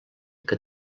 que